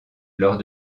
lors